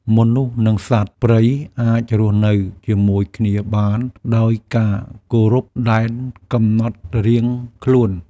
មនុស្ស និងសត្វព្រៃអាចរស់នៅជាមួយគ្នាបានដោយការគោរពដែនកំណត់រៀងខ្លួន។